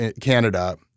Canada